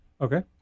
Okay